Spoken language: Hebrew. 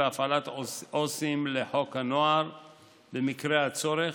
הפעלת עו"סים לחוק הנוער במקרה הצורך